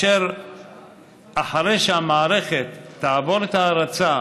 אחרי שהמערכת תעבור את ההרצה,